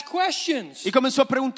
questions